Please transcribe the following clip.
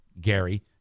Gary